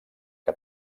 que